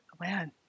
man